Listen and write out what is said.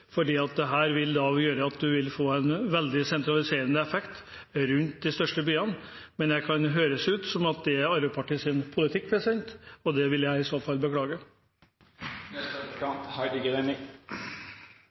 det vil gjøre at en vil få en veldig sentraliserende effekt rundt de største byene. Men det kan høres ut som om det er Arbeiderpartiets politikk, og det vil jeg i så fall